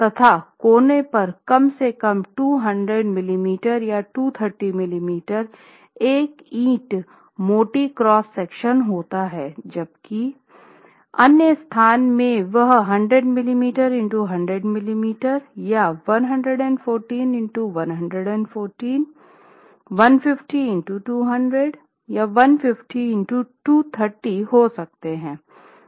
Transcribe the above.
तथा कोनों पर कम से कम 200 मिमी या 230 मिमी एक ईंट मोटी क्रॉस सेक्शन होता है जबकि अन्य स्थान में वे 100 मिमी x 100 मिमी या 114 x 114 150 x 200 150 x 230 हो सकते हैं